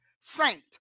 saint